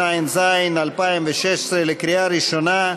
התשע"ז 2016, לקריאה ראשונה.